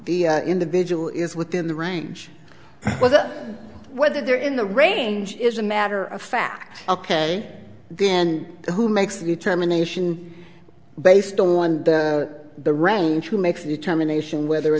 the individual is within the range where the whether they're in the range is a matter of fact ok then who makes the determination based on the range who makes a determination whether or